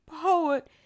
poet